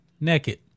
naked